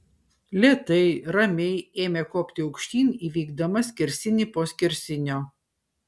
lėtai ramiai ėmė kopti aukštyn įveikdama skersinį po skersinio